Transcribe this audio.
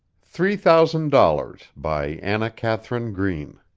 three thousand dollars by anna katharine green